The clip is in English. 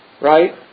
right